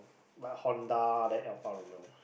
like Honda then Alfa-Romeo